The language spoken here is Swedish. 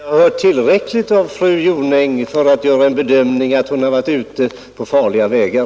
Herr talman! Jag har hört tillräckligt av fru Jonängs anförande för att göra den bedömningen att hon har varit ute på farliga vägar.